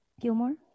Gilmore